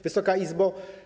Wysoka Izbo!